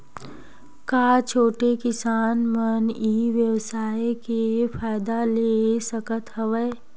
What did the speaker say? का छोटे किसान मन ई व्यवसाय के फ़ायदा ले सकत हवय?